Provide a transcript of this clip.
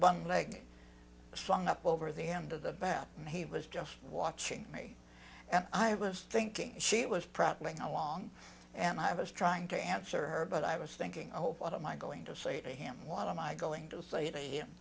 one leg slung up over the end of the bat and he was just watching me and i was thinking she was proud going along and i was trying to answer her but i was thinking oh what am i going to say to him what am i going to say to him